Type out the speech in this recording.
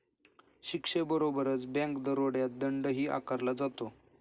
शिक्षेबरोबरच बँक दरोड्यात दंडही आकारला जातो